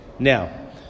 Now